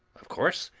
of course,